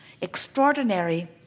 extraordinary